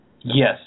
Yes